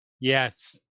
Yes